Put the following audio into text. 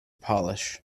polish